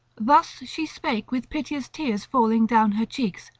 thus she spake with piteous tears falling down her cheeks,